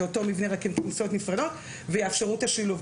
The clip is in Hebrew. אותו מבנה רק עם כניסות נפרדות ויאפשרו את השילוב.